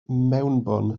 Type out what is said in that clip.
mewnbwn